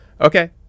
Okay